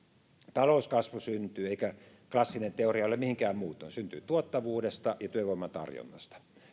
talouskasvu syntyy ei klassinen teoria ole mihinkään muuttunut tuottavuudesta ja työvoiman tarjonnasta